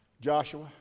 Joshua